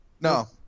no